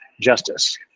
justice